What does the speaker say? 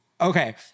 okay